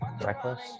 reckless